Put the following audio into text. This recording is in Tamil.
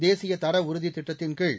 தேசிய தர உறுதி திட்டத்தின்கீழ்